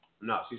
no